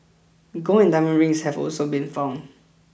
gold and diamond rings have also been found